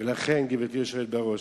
ולכן, גברתי היושבת-ראש,